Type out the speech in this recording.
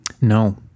No